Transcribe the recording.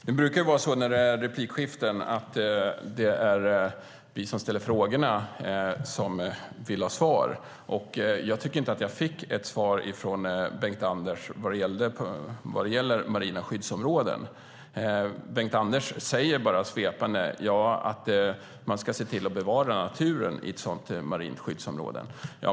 Herr talman! I replikskiften brukar det vara så att det är vi som ställer frågorna som vill ha svar. Men jag tycker inte att jag fick ett svar från Bengt-Anders Johansson vad gäller marina skyddsområden. Han säger bara svepande att man ska se till att bevara naturen i marina skyddsområden.